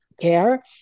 care